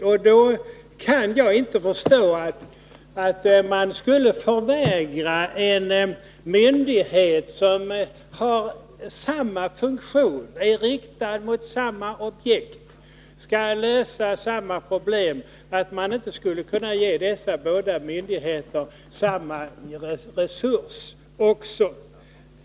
Därför kan jag inte förstå att man skulle förvägra en myndighet som har samma funktion, som är riktad mot samma objekt och som skall lösa samma problem, samma resurs som den andra myndigheten har.